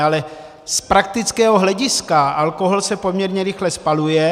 Ale z praktického hlediska alkohol se poměrně rychle spaluje.